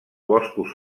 boscos